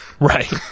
Right